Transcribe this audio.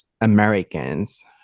Americans